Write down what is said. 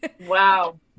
Wow